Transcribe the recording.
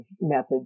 methods